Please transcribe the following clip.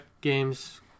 Games